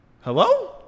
hello